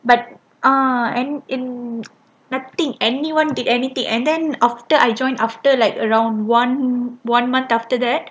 but uh and in nothing anyone did anything and then after I joined after like around one one month after that